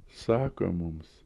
sako mums